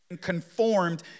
conformed